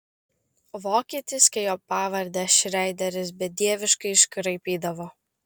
vokietis kai jo pavardę šreideris bedieviškai iškraipydavo